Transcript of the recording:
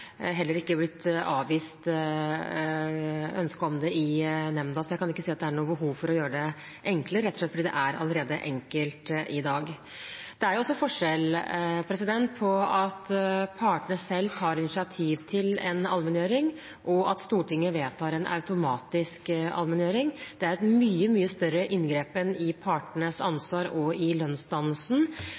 heller ikke blitt avvist ønske om det i nemnda, så jeg kan ikke se at det er noe behov for å gjøre det enklere – rett og slett fordi det allerede er enkelt i dag. Det er også forskjell på at partene selv tar initiativ til en allmenngjøring, og at Stortinget vedtar en automatisk allmenngjøring. Det er en mye, mye større inngripen i partenes ansvar og i lønnsdannelsen